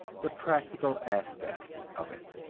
the practical aspects of it.